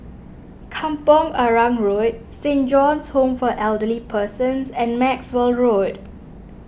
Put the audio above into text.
Kampong Arang Road Saint John's Home for Elderly Persons and Maxwell Road